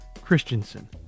Christensen